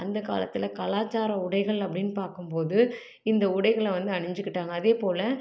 அந்த காலத்தில் கலாச்சார உடைகள் அப்படின்னு பார்க்கும் போது இந்த உடைகளை வந்து அணிஞ்சிக்கிட்டாங்க அதே போல்